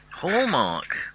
Hallmark